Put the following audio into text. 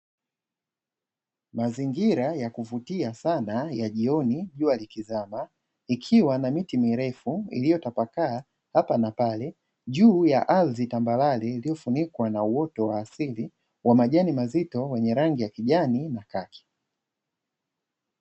mazingira ya kuvutia sana ya jioni, jua likizama ikiwa na miti mirefu iliyotapakaa hapa na pale juu ya ardhi tambalale iliyofunikwa na uoto wa asili wa majani mazito wenye rangi ya kijani na kaki.